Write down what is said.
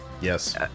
yes